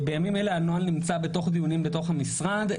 בימים אלה הנוהל נמצא בדיונים בתוך המשרד,